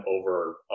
over